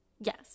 Yes